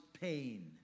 pain